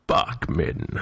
Bachman